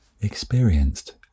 experienced